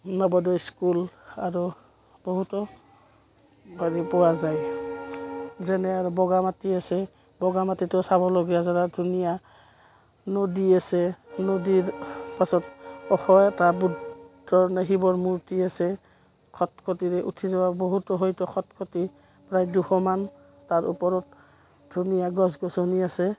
school আৰু বহুতো হেৰি পোৱা যায় যেনে আৰু বগা মাটি আছে বগা মাটিটো চাবলগীয়া যাৰা ধুনীয়া নদী আছে নদীৰ পাছত মূৰ্তি আছে খটখটিৰে উঠি যাব বহুতো হয়তো খটখটি প্ৰায় দুশমান তাৰ ওপৰত ধুনীয়া গছ গছনি আছে